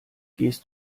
gehst